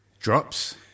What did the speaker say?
drops